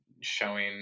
showing